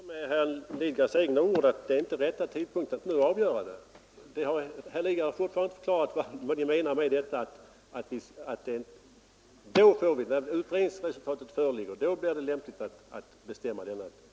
Herr talman! Jag skall svara med herr Lidgards egna ord: Det är inte rätt tidpunkt att nu avgöra detta. Herr Lidgard har inte förklarat vad han menar med påståendet att det när utredningsresultatet föreligger är lämpligt att bestämma beloppets storlek.